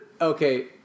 Okay